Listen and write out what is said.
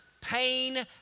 pain